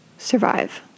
Survive